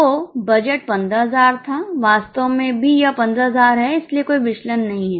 तो बजट 15000 था वास्तव में भी यह 15000 है इसलिए कोई विचलन नहीं है